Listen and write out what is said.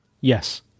Yes